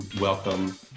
welcome